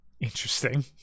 Interesting